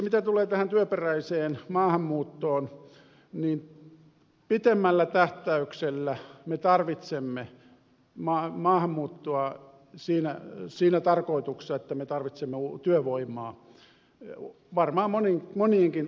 mitä tulee tähän työperäiseen maahanmuuttoon niin pitemmällä tähtäyksellä me tarvitsemme maahanmuuttoa siinä tarkoituksessa että me tarvitsemme työvoimaa varmaan monienkin alojen tehtäviin